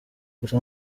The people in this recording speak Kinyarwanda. gusa